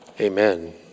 Amen